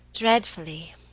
Dreadfully